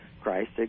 Christ